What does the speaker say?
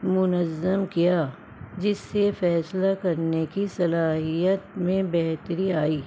منظم کیا جس سے فیصلہ کرنے کی صلاحیت میں بہتری آئی